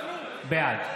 בעד